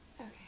Okay